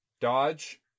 dodge